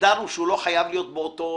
הגדרנו שהוא לא חייב להיות באותו